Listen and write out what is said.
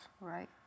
Right